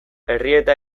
errieta